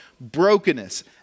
Brokenness